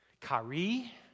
kari